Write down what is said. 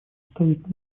оставить